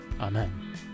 Amen